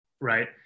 right